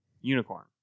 Unicorn